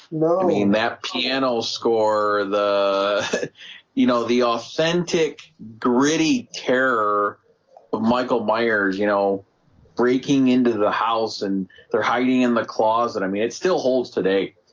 mean that piano score the you know the authentic gritty terror michael myers, you know breaking into the house and they're hiding in the closet. i mean it still holds today.